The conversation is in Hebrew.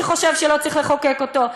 שחושב שלא צריך לחוקק אותו,